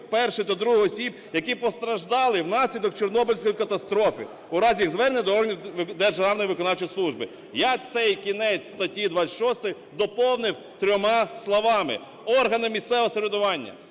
І та ІІ осіб, які постраждали внаслідок Чорнобильської катастрофи, у разі їх звернення до органів Державної виконавчої служби". Я цей кінець статті 26 доповнив трьома словами: "органи місцевого самоврядування".